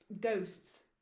ghosts